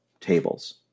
tables